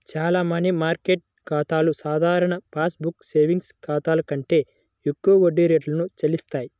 చాలా money market ఖాతాలు సాధారణ పాస్ బుక్ సేవింగ్స్ ఖాతాల కంటే ఎక్కువ వడ్డీ రేటును చెల్లిస్తాయి